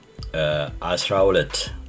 Asraulet